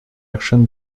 action